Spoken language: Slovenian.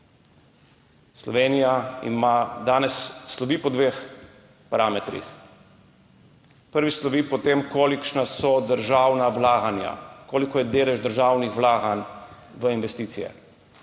Slovenija danes slovi po dveh parametrih. Prvič slovi po tem, kolikšna so državna vlaganja, kolikšen je delež državnih vlaganj v investicije